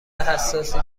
حساسی